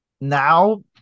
now